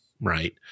right